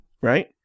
right